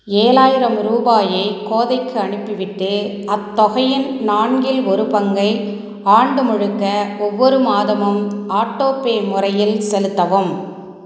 ஏழாயிரம் ரூபாயை கோதைக்கு அனுப்பிவிட்டு அத்தொகையின் நான்கில் ஒரு பங்கை ஆண்டு முழுக்க ஒவ்வொரு மாதமும் ஆட்டோபே முறையில் செலுத்தவும்